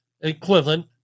equivalent